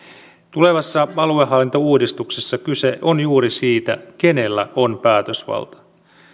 tulevassa aluehallintouudistuksessa kyse on juuri siitä kenellä on päätösvalta